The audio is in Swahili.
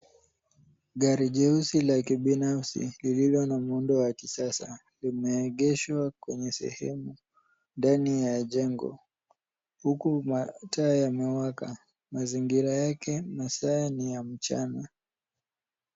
Gari jeusi la kibinafsi lililo na muundo wa kisasa limeegeshwa kwenye sehemu ndani ya jengo huku mataa yamewaka. Mazingira yake hasa ni ya mchana.